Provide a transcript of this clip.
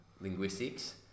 linguistics